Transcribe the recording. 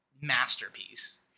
masterpiece